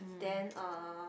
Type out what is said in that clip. then uh